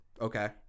Okay